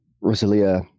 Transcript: Rosalia